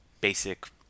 basic